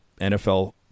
NFL